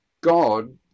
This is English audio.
God